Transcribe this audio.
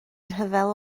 rhyfel